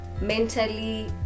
mentally